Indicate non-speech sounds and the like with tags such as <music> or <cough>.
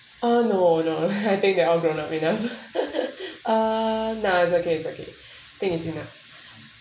uh no no <laughs> I think they are grown up enough uh no no it's okay it's okay I think is enough